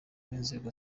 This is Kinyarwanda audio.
b’inzego